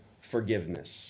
forgiveness